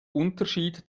unterschied